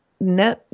no